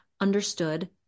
understood